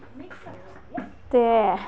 ते